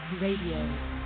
Radio